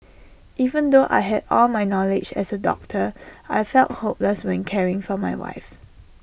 even though I had all my knowledge as A doctor I felt hopeless when caring for my wife